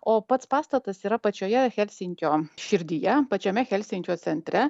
o pats pastatas yra pačioje helsinkio širdyje pačiame helsinkio centre